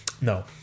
No